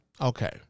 Okay